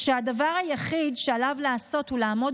כשהדבר היחיד שעליו לעשות הוא לעמוד